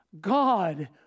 God